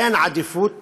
אין עדיפות